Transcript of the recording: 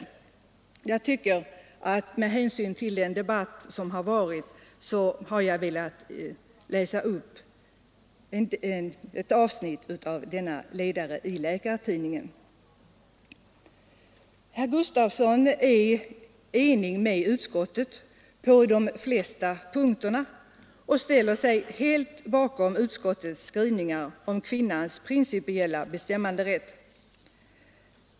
Jag har velat läsa upp detta avsnitt av ledaren i Läkartidningen mot bakgrunden av den debatt som nu förs i abortfrågan. Herr Gustavsson i Alvesta är ense med utskottet på de flesta punkterna och ställer sig helt bakom utskottets skrivningar om kvinnans principiella bestämmanderätt.